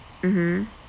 mmhmm